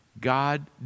God